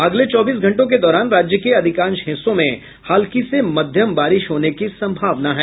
अगले चौबीस घंटों के दौरान राज्य के अधिकांश हिस्सों में हल्की से मध्यम बारिश होने की संभावना है